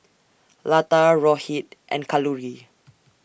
Lata Rohit and Kalluri